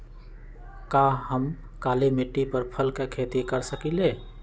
का हम काली मिट्टी पर फल के खेती कर सकिले?